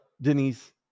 Denise